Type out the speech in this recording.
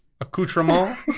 Accoutrement